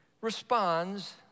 responds